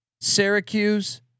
Syracuse